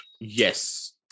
Yes